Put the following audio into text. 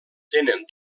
tenen